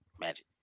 Magic